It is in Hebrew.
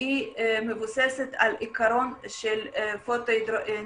היא מבוססת על העיקרון של photo -- -cell,